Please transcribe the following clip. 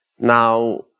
Now